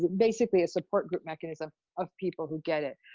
basically a support group mechanism of people who get it.